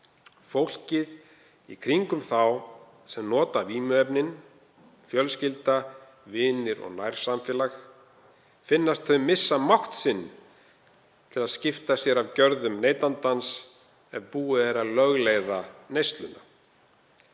Fólkið í kringum þá sem nota vímuefnin; fjölskylda, vinir og nærsamfélag, finnst það missa mátt sinn til að skipta sér af gjörðum neytandans ef búið er að lögleiða neysluna.